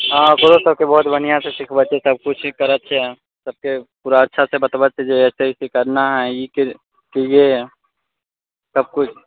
हँ ओकरो सभके बड्ड बढ़िआँसँ सिखबै छी सभ किछु ठीक तरहसँ सभके पूरा अच्छासँ बतबै छी जे ऐसे ऐसे करना है ई के ये है सभ कुछ